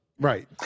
Right